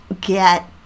get